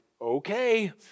okay